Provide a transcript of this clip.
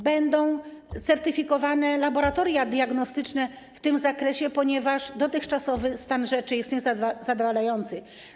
Będą certyfikowane laboratoria diagnostyczne w tym zakresie, ponieważ dotychczasowy stan rzeczy jest niezadawalający.